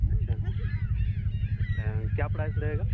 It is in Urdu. اچھا اچھا کیا پڑائس رہے گا